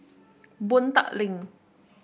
Boon Tat Link